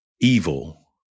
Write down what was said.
evil